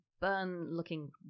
burn-looking